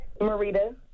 marita